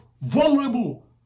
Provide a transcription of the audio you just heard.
vulnerable